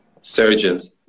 surgeons